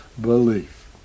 belief